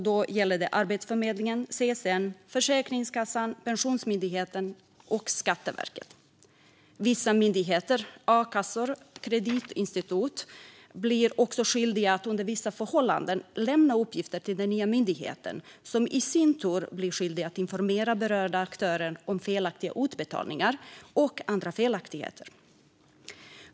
Det gäller Arbetsförmedlingen, CSN, Försäkringskassan, Pensionsmyndigheten och Skatteverket. Vissa myndigheter, a-kassor och kreditinstitut blir också skyldiga att under vissa förhållanden lämna uppgifter till den nya myndigheten, som i sin tur blir skyldig att informera berörda aktörer om felaktiga utbetalningar och andra felaktigheter.